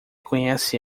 conhece